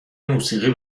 موسیقی